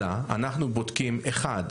אלא, אנחנו בודקים, אחד,